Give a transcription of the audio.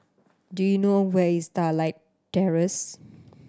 do you know where is Starlight Terrace